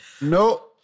No